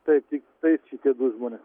taip tiktais šitie du žmonės